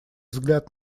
взгляд